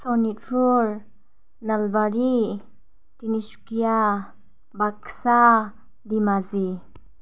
Sonitpur Nalbari Tinsukia Baksa Dhemaji